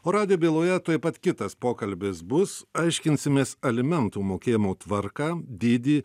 o radijo byloje tuoj pat kitas pokalbis bus aiškinsimės alimentų mokėjimo tvarką dydį